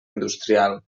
industrial